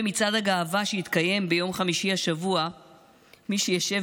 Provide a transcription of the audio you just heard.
במצעד הגאווה שיתקיים ביום חמישי השבוע מי שישב